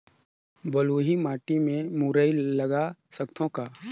बलुही माटी मे मुरई लगा सकथव का?